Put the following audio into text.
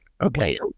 Okay